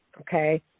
okay